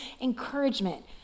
encouragement